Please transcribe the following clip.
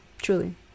Truly